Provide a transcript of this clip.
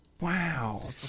wow